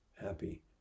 happy